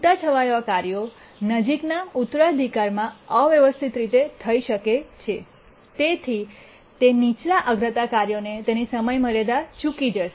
છૂટાછવાયા કાર્યો નજીકના ઉત્તરાધિકારમાં અવ્યવસ્થિત રીતે થઈ શકે છે તેથી તે નીચલા અગ્રતા કાર્યોને તેમની સમયમર્યાદા ચૂકી જશે